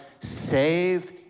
save